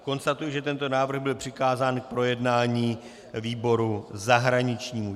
Konstatuji, že tento návrh byl přikázán k projednání výboru zahraničnímu.